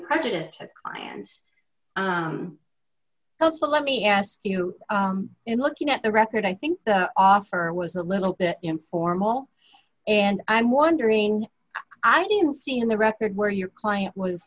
prejudiced his client's let's let me ask you in looking at the record i think the offer was a little bit informal and i'm wondering i didn't see in the record where your client was